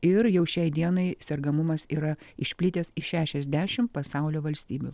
ir jau šiai dienai sergamumas yra išplitęs į šešiasdešim pasaulio valstybių